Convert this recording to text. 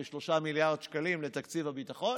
כ-3 מיליארד שקלים לתקציב הביטחון,